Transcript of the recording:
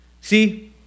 See